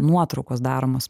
nuotraukos daromos